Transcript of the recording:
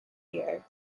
dear